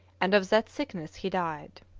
and of that sickness he died.